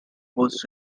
was